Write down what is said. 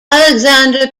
alexander